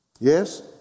Yes